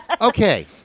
Okay